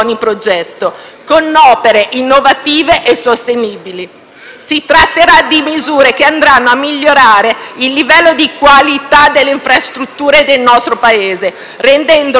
Si tratterà di misure che andranno a migliorare il livello di qualità delle infrastrutture del nostro Paese, rendendolo sempre più competitivo e attrattivo per gli investimenti.